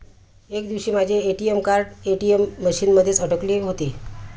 एक दिवशी माझे ए.टी.एम कार्ड ए.टी.एम मशीन मध्येच अडकले होते